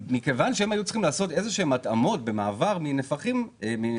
מכיוון שהם היו צריכים לעשות התאמות במעבר מהספקים